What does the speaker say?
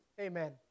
Amen